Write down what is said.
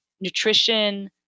nutrition